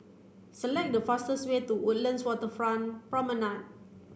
select the fastest way to Woodlands Waterfront Promenade